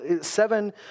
seven